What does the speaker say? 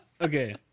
Okay